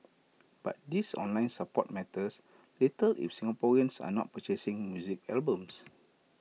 but this online support matters little if Singaporeans are not purchasing music albums